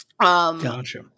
Gotcha